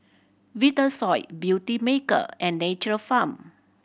Vitasoy Beautymaker and Nature Farm